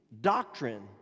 doctrine